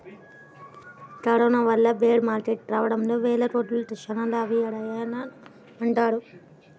corona వల్ల bear market రావడంతో వేల కోట్లు క్షణాల్లో ఆవిరయ్యాయని అంటున్నారు